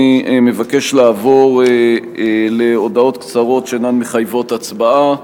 אני מבקש לעבור להודעות קצרות שאינן מחייבות הצבעה.